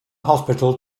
hospital